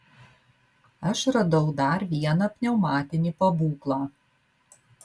aš radau dar vieną pneumatinį pabūklą